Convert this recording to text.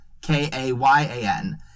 K-A-Y-A-N